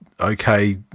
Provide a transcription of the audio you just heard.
okay